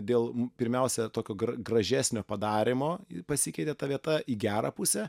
dėl pirmiausia tokio gražesnio padarymo pasikeitė ta vieta į gerą pusę